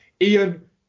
Ian